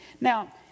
Now